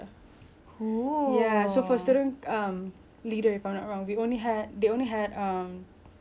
if I'm not wrong we only had they only had um the badge but for mine I have the badge I have the tie the blazer